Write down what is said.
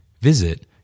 Visit